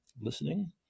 listening